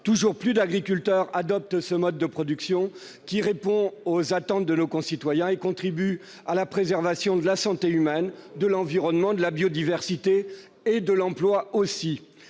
plus en plus d'agriculteurs adoptent ce mode de production, qui répond aux attentes de nos concitoyens et qui contribue à la préservation de la santé humaine, de l'environnement, de la biodiversité, mais aussi